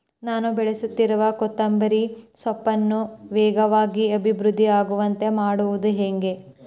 ನಾನು ಬೆಳೆಸುತ್ತಿರುವ ಕೊತ್ತಂಬರಿ ಸೊಪ್ಪನ್ನು ವೇಗವಾಗಿ ಅಭಿವೃದ್ಧಿ ಆಗುವಂತೆ ಮಾಡುವುದು ಹೇಗೆ?